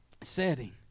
setting